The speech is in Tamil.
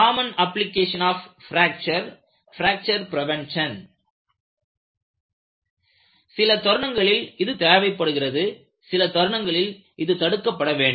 common applications of fracture fracture prevention Common applications of fracture fracture prevention சில தருணங்களில் இது தேவைப்படுகிறது சில தருணங்களில் இது தடுக்கப்பட வேண்டும்